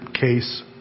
case